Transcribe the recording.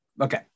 Okay